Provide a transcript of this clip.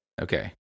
Okay